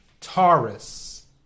Taurus